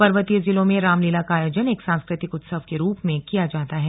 पर्वतीय जिलों में रामलीला का आयोजन एक सांस्कृतिक उत्सव के रुप में किया जाता है